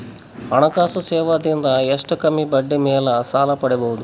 ಹಣಕಾಸು ಸೇವಾ ದಿಂದ ಎಷ್ಟ ಕಮ್ಮಿಬಡ್ಡಿ ಮೇಲ್ ಸಾಲ ಪಡಿಬೋದ?